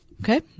Okay